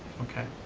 okay.